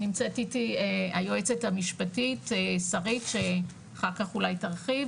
נמצאת איתי היועצת המשפטית שרית שאחר כך אולי תרחיב.